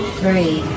three